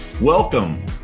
Welcome